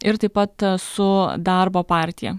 ir taip pat su darbo partija